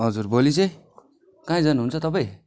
हजुर भोलि चाहिँ कहीँ जानुहुन्छ तपाईँ